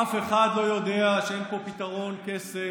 אף אחד לא יודע שאין פה פתרון קסם,